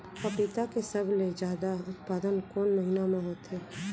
पपीता के सबले जादा उत्पादन कोन महीना में होथे?